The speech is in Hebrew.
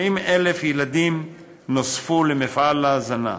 70,000 ילדים נוספו למפעל ההזנה.